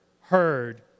heard